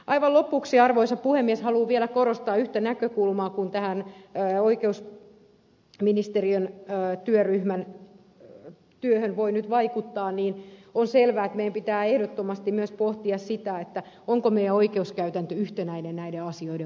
aivan lopuksi arvoisa puhemies haluan vielä korostaa yhtä näkökulmaa kun tähän oikeusministeriön työryhmän työhön voi nyt vaikuttaa että on selvää että meidän pitää ehdottomasti myös pohtia sitä onko meidän oikeuskäytäntömme yhtenäinen näiden asioiden osalta